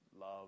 love